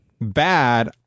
bad